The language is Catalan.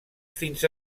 fins